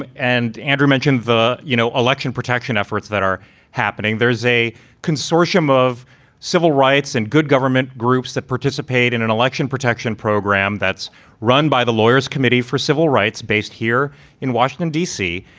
but and andrew mentioned the, you know, election protection efforts that are happening. there is a consortium of civil rights and good government groups that participate in an election protection program that's run by the lawyers committee for civil rights based here in washington, d c.